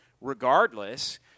regardless